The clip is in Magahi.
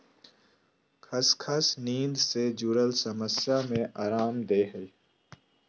खसखस नींद से जुरल समस्या में अराम देय हइ